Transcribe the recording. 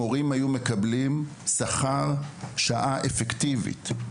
מורים היו מקבלים שכר עבור שעה אפקטיבית.